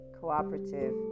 cooperative